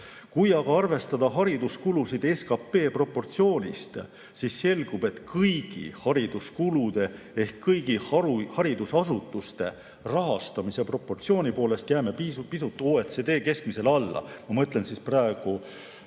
Kui aga arvestada hariduskulusid SKP proportsiooni alusel, siis selgub, et kõigi hariduskulude ehk kõigi haridusasutuste rahastamise proportsiooni poolest jääme pisut OECD keskmisele alla. Ma mõtlen praegu